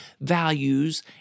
values